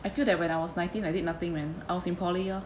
I feel that when I was nineteen I did nothing man I was in poly orh